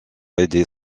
aider